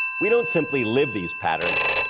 we don't simply live these patterns.